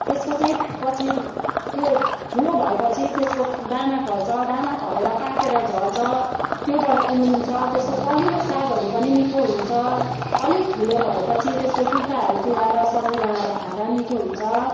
त्यसको चाहिँ पछि त्यो ठुलो भए पछि त्यसको दाना फल्छ दाना फलेर पाकेर झर्छ त्योबाट उम्रिन्छ त्यसको कलिलो सागहरू पनि मिठो हुन्छ अलिक ठुलो भए पछि त्यसको टुप्पाहरू चुढाएर सब्जीहरू बनाएर खाँदा पनि मिठो हुन्छ